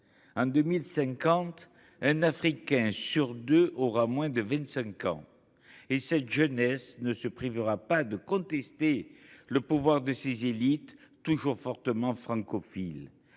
En 2050, un Africain sur deux aura moins de 25 ans, et cette jeunesse ne se privera pas de contester le pouvoir de ses élites, toujours fortement francophiles.